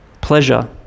pleasure